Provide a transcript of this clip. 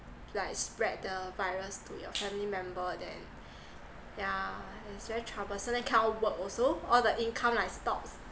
like spread the virus to your family member then yeah it's very troublesome then cannot work also all the income like stops